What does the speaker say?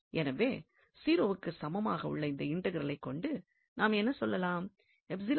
எனவே 0 க்கு சமமாக உள்ள இந்த இன்டெக்ரலைக் கொண்டு நாம் என்ன சொல்லலாம்